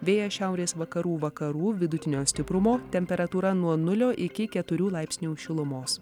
vėjas šiaurės vakarų vakarų vidutinio stiprumo temperatūra nuo nulio iki keturių laipsnių šilumos